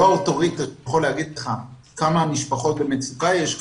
לא האוטוריטה שיכול להגיד כמה משפחות במצוקה יש,